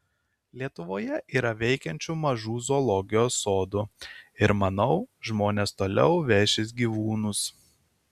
lietuvoje yra veikiančių mažų zoologijos sodų ir manau žmonės toliau vešis gyvūnus